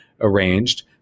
arranged